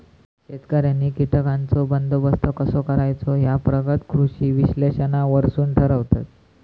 शेतकऱ्यांनी कीटकांचो बंदोबस्त कसो करायचो ह्या प्रगत कृषी विश्लेषणावरसून ठरवतत